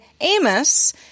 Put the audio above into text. Amos